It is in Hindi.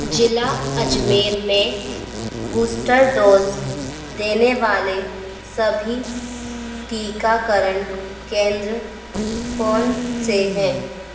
ज़िला अजमेर में बूस्टर डोज़ देने वाले सभी टीकाकरण केंद्र कौन से हैं